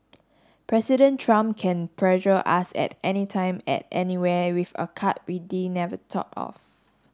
president trump can pressure us at anytime at anywhere with a card never thought of